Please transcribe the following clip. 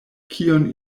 kion